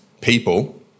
people